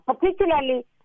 particularly